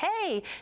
hey